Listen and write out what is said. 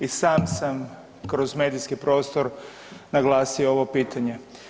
I sam sam kroz medijski prostor naglasio ovo pitanje.